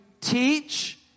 teach